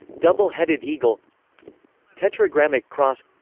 double-headed eagle tetragrammic cross